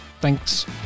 Thanks